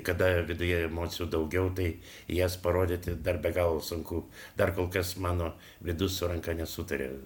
kada viduje emocijų daugiau tai jas parodyti dar be galo sunku dar kol kas mano vidus su ranka nesutaria